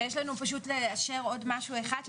ויש לנו פשוט לאשר עוד משהו אחד,